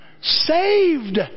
Saved